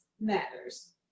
matters